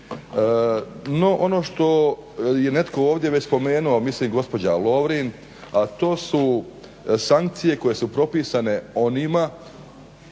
ono što je netko ovdje već spomenuo, a mislim gospođa Lovrin, a to su sankcije koje su propisane onima